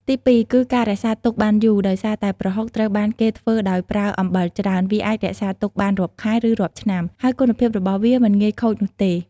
ទីពីរ គឺ ការរក្សាទុកបានយូរ ដោយសារតែប្រហុកត្រូវបានគេធ្វើដោយប្រើអំបិលច្រើន វាអាចរក្សាទុកបានរាប់ខែ ឬរាប់ឆ្នាំ ហើយគុណភាពរបស់វាមិនងាយខូចនោះទេ។។